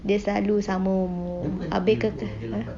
dia selalu sama umur habis ke